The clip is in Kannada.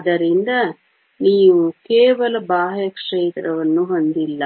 ಆದ್ದರಿಂದ ನೀವು ಕೇವಲ ಬಾಹ್ಯ ಕ್ಷೇತ್ರವನ್ನು ಹೊಂದಿಲ್ಲ